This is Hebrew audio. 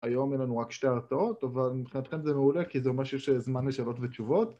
‫היום אין לנו רק שתי הרצאות, ‫אבל מבחינתכם זה מעולה ‫כי זה אומר שיש זמן לשאלות ותשובות.